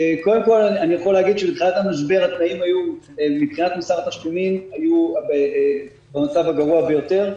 להגיד שבתחילת המשבר מבחינת מוסר התשלומים היו במצב הגרוע ביותר,